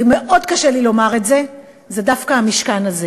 ומאוד קשה לי לומר את זה, זה דווקא המשכן הזה.